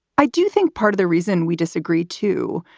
i do think part of the reason we disagree, too,